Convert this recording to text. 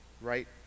right